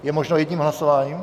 Je možno jedním hlasováním?